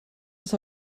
das